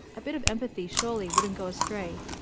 a bit of empathy surely wouldn't go astray,